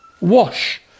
wash